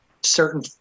certain